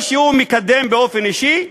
או שהוא מקדם באופן אישי,